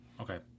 Okay